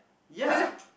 ya